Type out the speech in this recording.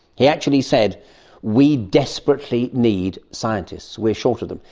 he actually said we desperately need scientists, we're short of them,